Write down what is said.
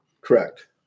Correct